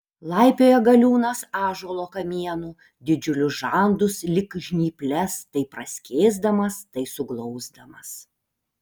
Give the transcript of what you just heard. laipioja galiūnas ąžuolo kamienu didžiulius žandus lyg žnyples tai praskėsdamas tai suglausdamas